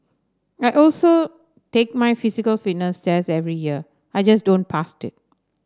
I also take my physical fitness test every year I just don't pass to